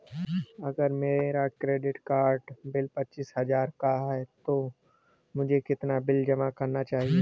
अगर मेरा credit card bill पच्चीस हजार का है तो मुझे कितना बिल जमा करना चाहिए?